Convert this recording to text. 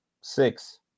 six